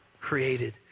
created